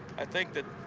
i think that